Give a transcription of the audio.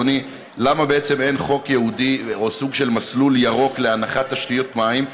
אדוני: למה בעצם אין חוק ייעודי או סוג של מסלול ירוק להנחת תשתיות מים?